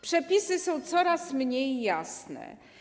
Przepisy są coraz mniej jasne.